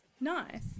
nice